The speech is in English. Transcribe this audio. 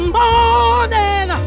morning